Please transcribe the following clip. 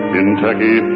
Kentucky